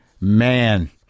man